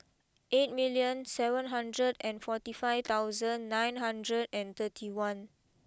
eight million seven hundred and forty five thousand nine hundred and thirty one